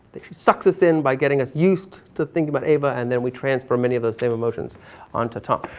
that she sucks us in by getting us used to think about ava and then we transfer many of those same emotions onto tom.